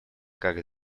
как